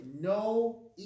no